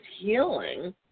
healing